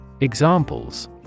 Examples